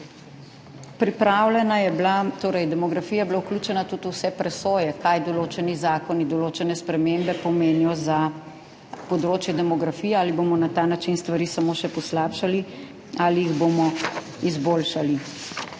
vseh generacij. Demografija je bila vključena tudi v vse presoje, kaj določeni zakoni, določene spremembe pomenijo za področje demografije, ali bomo na ta način stvari samo še poslabšali ali jih bomo izboljšali,